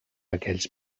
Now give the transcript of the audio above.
aquells